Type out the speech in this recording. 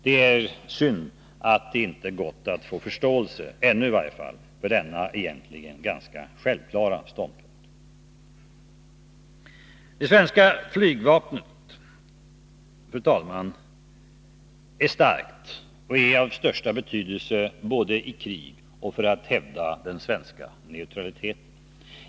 Det är synd att det inte har gått att få förståelse ännu i varje fall för denna egentligen ganska självklara ståndpunkt. Det svenska flygvapnet, fru talman, är starkt och är av största betydelse både i krig och för att hävda den svenska neutraliteten.